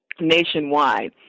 nationwide